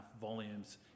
volumes